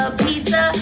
pizza